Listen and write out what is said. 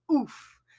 oof